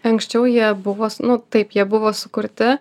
anksčiau jie buvos nu taip buvo sukurti